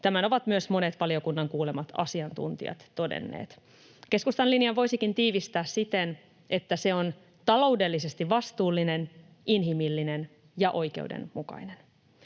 Tämän ovat myös monet valiokunnan kuulemat asiantuntijat todenneet. Keskustan linjan voisikin tiivistää siten, että se on taloudellisesti vastuullinen, inhimillinen ja oikeudenmukainen.